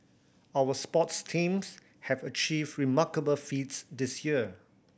our sports teams have achieved remarkable feats this year